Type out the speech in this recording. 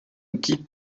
outil